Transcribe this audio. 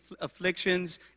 afflictions